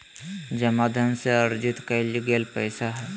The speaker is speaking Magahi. जमा धन से अर्जित कइल गेल पैसा हइ